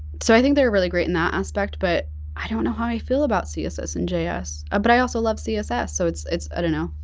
so i think they're really great in that aspect but i don't know how i feel about css in js. ah but i also love css, so it's it's i don't know,